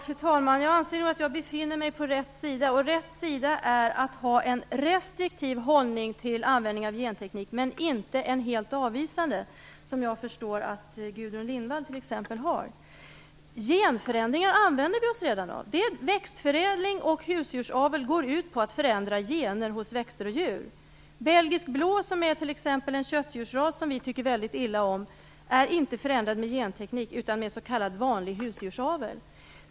Fru talman! Jag anser nog att jag befinner mig på rätt sida. Rätt sida är att ha en restriktiv hållning till användning av genteknik men inte en helt avvisande, som jag förstår att t.ex. Gudrun Lindvall har. Genförändringar använder vi oss redan av. Växtförädling och husdjursavel går ut på att förändra gener hos växter och djur. Belgisk blå, en köttdjursras som vi tycker väldigt illa om, är inte förändrad med genteknik utan med s.k. vanlig husdjursavel.